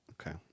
okay